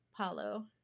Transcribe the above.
Paulo